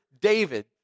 David